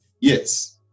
yes